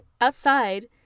Outside